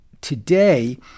today